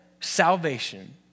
salvation